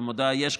ומודעה יש,